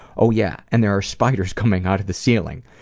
oh yeah, and there are spiders coming out of the ceiling,